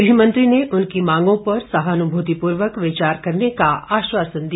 गृह मंत्री ने उनकी मांगों पर सहानुभूतिपूर्वक विचार करने का आश्वासन दिया